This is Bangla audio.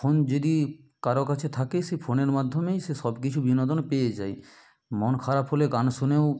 ফোন যদি কারও কাছে থাকে সেই ফোনের মাধ্যমেই সে সবকিছু বিনোদন পেয়ে যায় মন খারাপ হলে গান শুনেও